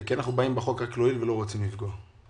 כי אנחנו לא רוצים לפגוע בחוק הכללי.